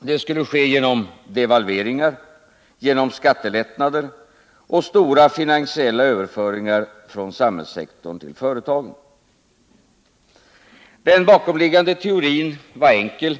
Det skulle ske genom devalveringar och genom skattelättnader och stora finansiella överföringar från samhällssektorn till företagen. Den bakomliggande teorin var enkel.